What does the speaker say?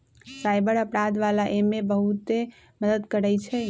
cyber अपराध वाला एमे बहुते मदद करई छई